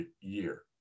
year